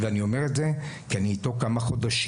ואני אומר את זה כי אני איתו כמה חודשים.